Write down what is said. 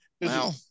Wow